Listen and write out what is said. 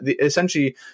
essentially